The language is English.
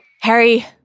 Harry